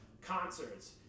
concerts